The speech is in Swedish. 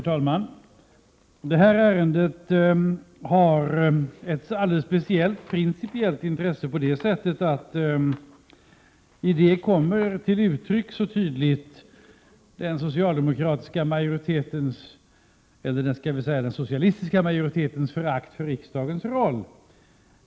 Herr talman! Detta ärende har ett alldeles speciellt principiellt intresse på det sättet att i det kommer till uttryck så tydligt den socialistiska majoritetens förakt för riksdagens roll.